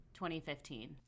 2015